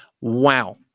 Wow